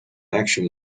action